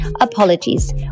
Apologies